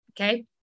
Okay